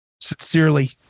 Sincerely